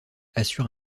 assure